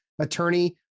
attorney